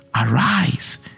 Arise